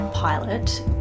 Pilot